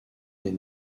est